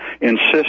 insist